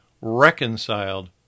reconciled